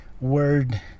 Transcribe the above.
word